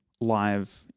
live